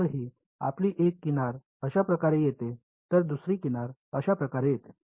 तर ही आपली एक किनार अशा प्रकारे येते तर दुसरी किनार अशा प्रकारे येते